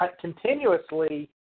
continuously